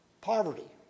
Poverty